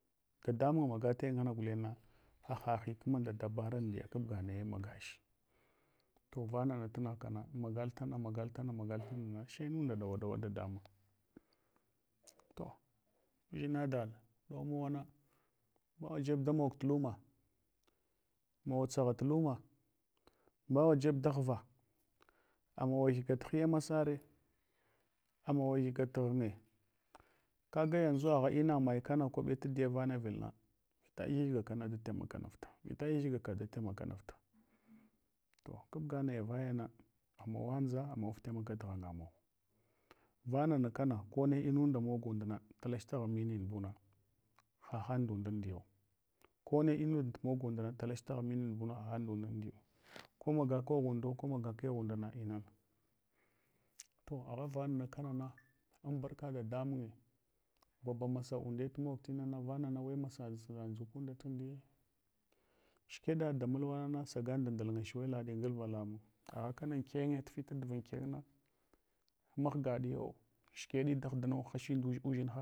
Dadamunga magataya ngana gulenna haha hikima nɗa dabara amdiya, kabga naya magach. To vanana tunugh kama magal tana magal tana, she inunda ɗawa ɗawa dadamun. To uʒina daɗ daumawana mbawa jeb damog tuhuma. Mawa tsaghatu luma. Mbawajeb daghva, amawa higa hiya masare, amawa higat ghinye, kaga yanʒu agha ina mayi kana kwabe tadiya vanavidna, gagyagyigakana da tamakanafta. To kabga nauya vayana amawanʒa amaftamaka ghanga maw vanana kana kone inunda mog unda tkach taghan minin buna hahan ndundamdhiyawo. Ko matu mog anduna talach. Taghan mimin buna haha hang ndund amduyu. Ko maga kegh undo ko maga kegh undna ina. To aghava kana ambarka dadamunye givaba masa unde tumogtimana vana hemasa suna ndʒukunda tumdiye. Shike baɗ da mulwana saga nda ndul sholaɗ galva lamung agha kana ankenye tu fita duva ankena mahgaɗiyo. Shikeɗ daghduno hah ndudʒin.